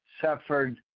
suffered